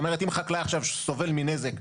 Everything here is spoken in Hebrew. אם חקלאי עכשיו סובל מנזק,